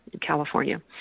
California